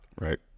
Right